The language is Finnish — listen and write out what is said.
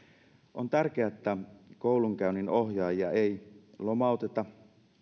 on tärkeää että koulunkäynninohjaajia ei lomauteta